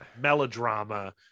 melodrama